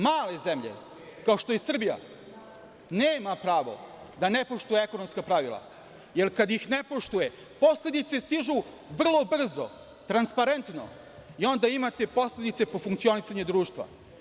Male zemlje, kao što je Srbija, nema pravo da ne poštuje ekonomska pravila, jer kad ih ne poštuje posledice stižu vrlo brzo, transparentno i onda imate posledice po funkcionisanje društva.